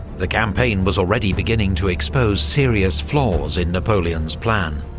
the campaign was already beginning to expose serious flaws in napoleon's plan.